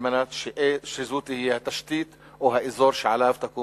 על מנת שזו תהיה התשתית או האזור שעליו תקום